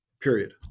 period